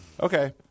Okay